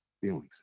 feelings